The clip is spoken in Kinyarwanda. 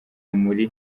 muri